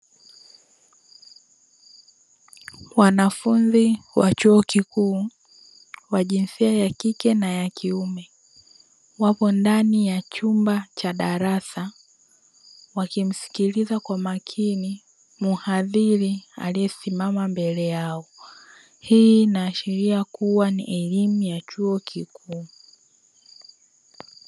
Wanafunzi wa chuo kikuu wa jinsia ya kike na ya kiume wapo ndani ya chumba cha darasa wakimsikiliza kwa makini muhadhiri aliyesimama mbele yao hii inaashiria kuwa ni elimu ya chuo kikuu.